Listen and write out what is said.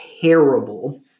terrible